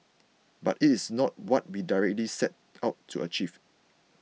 but it is not what we directly set out to achieve